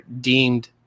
deemed